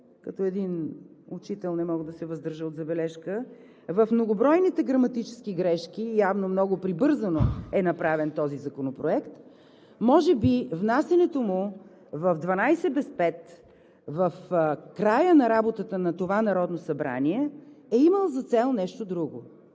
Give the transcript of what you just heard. като един учител не мога да се въздържа от забележка, в многобройните граматически грешки – явно много прибързано е направен този законопроект, може би внасянето му в дванадесет без пет, в края на работата на това Народно събрание, е имал за цел нещо друго.